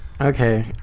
Okay